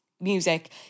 music